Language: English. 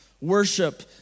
Worship